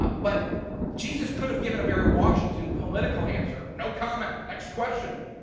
but jesus could have given a very washington, political answer, no comment, next question.